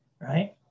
Right